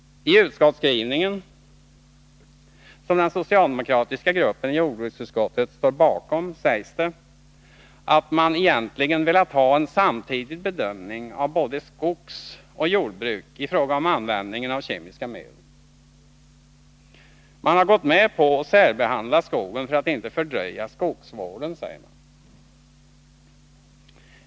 I utskottsskrivningen, som den socialdemokratiska gruppen i jordbruksutskottet står bakom, sägs det att man egentligen velat ha en samtidig bedömning för både skogsoch jordbruk i fråga om användning av kemiska medel. Man har gått med på att särbehandla skogen — för att inte fördröja skogsvården, säger man.